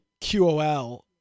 QOL